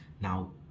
Now